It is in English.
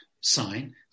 sign